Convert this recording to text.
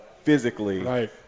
physically